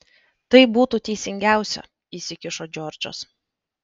tai būtų teisingiausia įsikišo džordžas